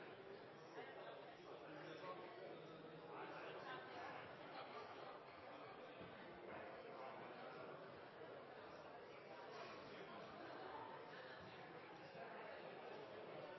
statsråd